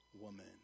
woman